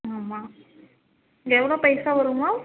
ஆமாம் இது எவ்வளோ பைசா வரும் மேம்